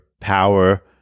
power